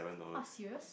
(wah) serious